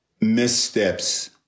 missteps